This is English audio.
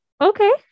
Okay